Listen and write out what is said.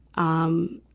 um,